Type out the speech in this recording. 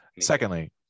Secondly